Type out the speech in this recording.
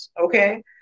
Okay